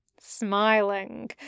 smiling